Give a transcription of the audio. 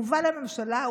הובא לממשלה,